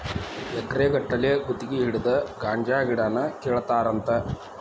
ಎಕರೆ ಗಟ್ಟಲೆ ಗುತಗಿ ಹಿಡದ ಗಾಂಜಾ ಗಿಡಾನ ಕೇಳತಾರಂತ